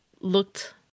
looked